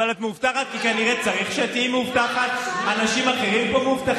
הזה, תעמדי פה בתור